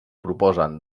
proposen